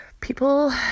people